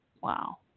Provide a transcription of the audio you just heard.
Wow